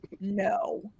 no